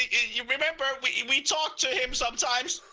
you remember we we talked to him sometimes.